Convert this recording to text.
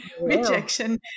rejection